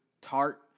Tart